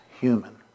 human